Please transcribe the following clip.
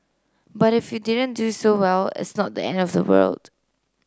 but if you didn't do so well it's not the end of the world